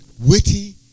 Witty